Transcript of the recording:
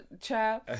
child